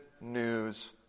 news